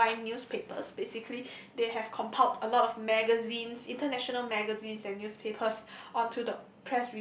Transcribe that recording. online newspapers basically they have compiled a lot of magazines international magazines and newspapers onto the